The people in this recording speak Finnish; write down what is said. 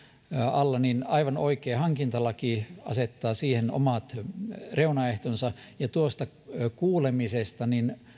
alla aivan oikein hankintalaki asettaa omat reunaehtonsa tuosta kuulemisesta